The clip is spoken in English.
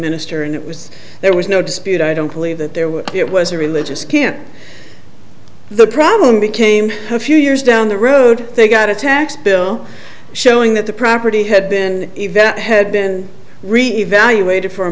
minister and it was there was no dispute i don't believe that there was it was a religious can't the problem became a few years down the road they got a tax bill showing that the property had been event had been reevaluated for a